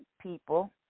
people